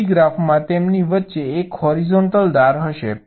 પછી ગ્રાફમાં તેમની વચ્ચે એક હોરિઝોન્ટલ ધાર હશે